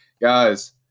guys